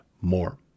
more